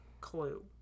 Clue